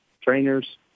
Trainers